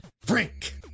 Frank